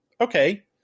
okay